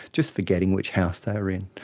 just forgetting which house they were in.